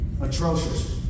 Atrocious